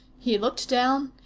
he looked down,